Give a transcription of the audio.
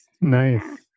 Nice